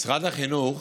משרד החינוך